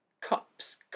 cups